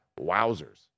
wowzers